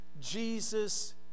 Jesus